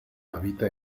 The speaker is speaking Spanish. habita